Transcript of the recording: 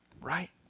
right